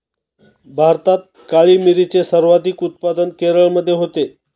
भारतात काळी मिरीचे सर्वाधिक उत्पादन केरळमध्ये होते